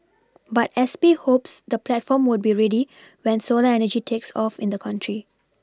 but S P hopes the platform would be ready when solar energy takes off in the country